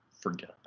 forget